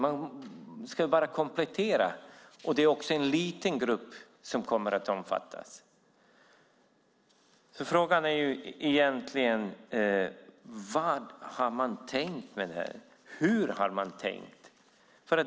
Det är en komplettering, och det är en liten grupp som kommer att omfattas. Frågan är: Vad har man tänkt med det här? Hur har man tänkt?